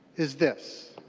is this.